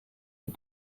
you